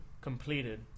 completed